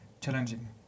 challenging